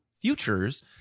Futures